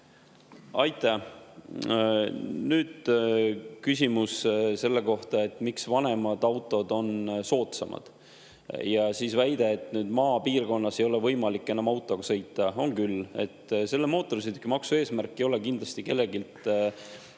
Aitäh! Küsimus selle kohta, miks vanemad autod on soodsamad, ja väide, et maapiirkonnas ei ole võimalik enam autoga sõita – on küll. Mootorsõidukimaksu eesmärk ei ole kindlasti kelleltki